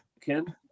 Ken